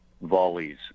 volleys